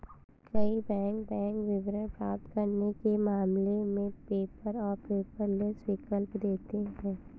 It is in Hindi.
कई बैंक बैंक विवरण प्राप्त करने के मामले में पेपर और पेपरलेस विकल्प देते हैं